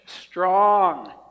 strong